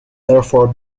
therefore